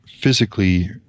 physically